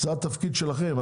זה התפקיד שלכם.